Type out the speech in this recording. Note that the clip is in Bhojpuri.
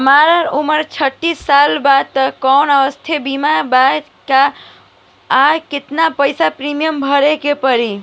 हमार उम्र छत्तिस साल बा त कौनों स्वास्थ्य बीमा बा का आ केतना पईसा प्रीमियम भरे के पड़ी?